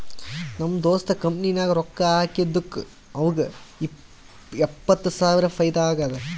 ನಮ್ ದೋಸ್ತ್ ಕಂಪನಿ ನಾಗ್ ರೊಕ್ಕಾ ಹಾಕಿದ್ದುಕ್ ಅವ್ನಿಗ ಎಪ್ಪತ್ತ್ ಸಾವಿರ ಫೈದಾ ಆಗ್ಯಾದ್